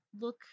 look